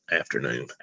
afternoon